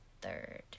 third